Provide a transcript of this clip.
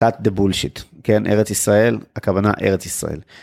קאט ד'בול שיט. כן ארץ ישראל הכוונה ארץ ישראל.